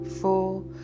four